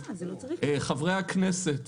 חברי הכנסת,